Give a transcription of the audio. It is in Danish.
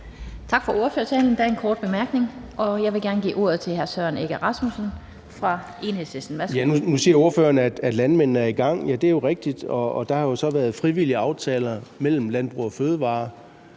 Tak for ordførertalen. Der er en kort bemærkning, og jeg vil gerne give ordet til hr. Søren Egge Rasmussen fra Enhedslisten. Værsgo. Kl. 13:03 Søren Egge Rasmussen (EL): Nu siger ordføreren, at landmændene er i gang, og det er jo rigtigt, og der har så været frivillige aftaler mellem Landbrug & Fødevarer